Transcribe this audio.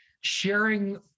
sharing